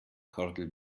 kordel